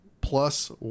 plus